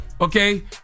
Okay